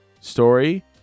story